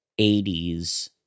80s